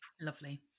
Lovely